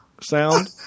sound